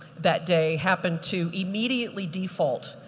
that day happened to immediately default,